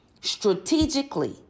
strategically